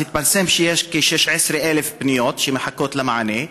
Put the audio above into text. אז התפרסם שיש כ-16,000 פניות שמחכות למענה,